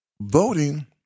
voting